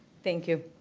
thank you.